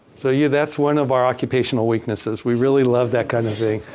so, yeah that's one of our occupational weaknesses. we really love that kind of thing.